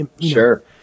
sure